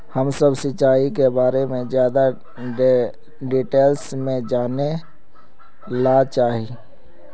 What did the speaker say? हम सब सिंचाई के बारे में ज्यादा डिटेल्स में जाने ला चाहे?